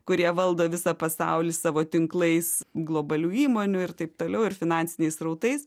kurie valdo visą pasaulį savo tinklais globalių įmonių ir taip toliau ir finansiniais srautais